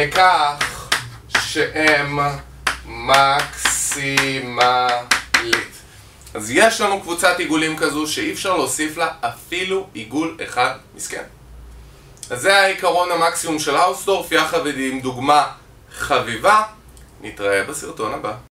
וכך שהם מקסימלית אז יש לנו קבוצת עיגולים כזו שאי אפשר להוסיף לה אפילו עיגול אחד מסכן אז זה העיקרון המקסימום של האוסטורפ יחד עם דוגמה חביבה. נתראה בסרטון הבא.